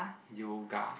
yoga